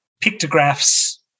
pictographs